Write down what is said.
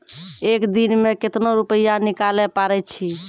एक दिन मे केतना रुपैया निकाले पारै छी?